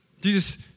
Jesus